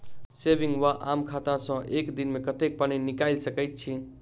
Saving वा आम खाता सँ एक दिनमे कतेक पानि निकाइल सकैत छी?